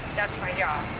that's my job.